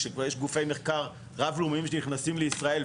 כשכבר יש גופי מחקר רב-לאומיים שנכנסים לישראל,